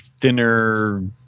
thinner